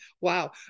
Wow